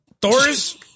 Thor's